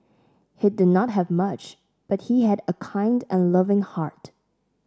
he did not have much but he had a kind and loving heart